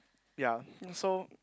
ya think so